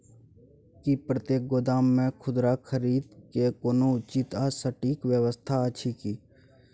की प्रतेक गोदाम मे खुदरा खरीद के कोनो उचित आ सटिक व्यवस्था अछि की?